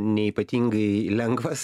ne ypatingai lengvas